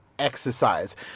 Exercise